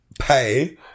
pay